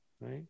right